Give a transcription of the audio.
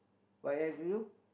what I have to do